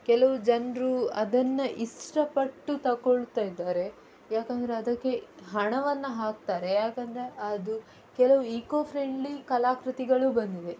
ಕೆಲವು ಜನರು ಅದನ್ನ ಇಷ್ಟಪಟ್ಟು ತಗೊಳ್ತಾ ಇದ್ದಾರೆ ಯಾಕೆಂದರೆ ಅದಕ್ಕೆ ಹಣವನ್ನು ಹಾಕ್ತಾರೆ ಯಾಕೆಂದರೆ ಅದು ಕೆಲವು ಈಕೋ ಫ್ರೆಂಡ್ಲಿ ಕಲಾಕೃತಿಗಳು ಬಂದಿವೆ